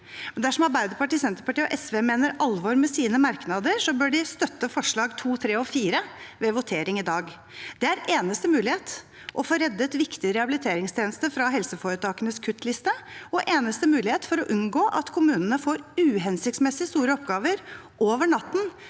Dersom Arbeiderpartiet, Senterpartiet og SV mener alvor med sine merknader, bør de støtte forslagene nr. 2– 4 ved votering i dag. Det er eneste mulighet for å få reddet viktige rehabiliteringstjenester fra helseforetakenes kuttliste og eneste mulighet for å unngå at kommunene får uhensiktsmessig store oppgaver over natten,